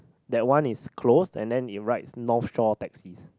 that one is closed and then it writes North-Shore taxis